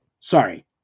Sorry